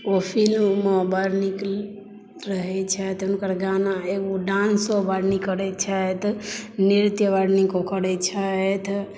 ओ फिल्ममे बड़ नीक रहै छथि हुनकर गाना एगो डान्सो बड़ नीक करै छथि नृत्य बड़ नीक ओ करै छथि